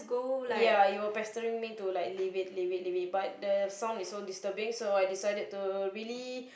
ya they were pestering me to like leave it leave it leave it but the sound was so disturbing so I decided to really